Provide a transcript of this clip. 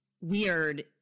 weird